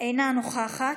אינה נוכחת,